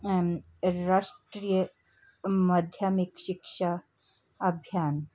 M Rashtriya Madhyamik Shiksha Abhiyan